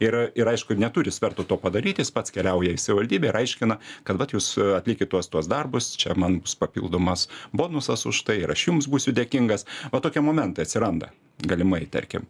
yra ir aišku neturi svertų to padaryt jis pats keliauja į savivaldybę ir aiškina kad vat jūs atlikit tuos tuos darbus čia man bus papildomas bonusas už tai ir aš jums būsiu dėkingas va tokie momentai atsiranda galimai tarkim